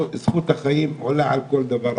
זכות החיים עולה על כל דבר אחר.